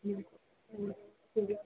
ہوں